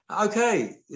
Okay